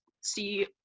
see